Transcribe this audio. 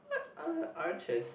what other artists